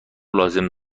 لازم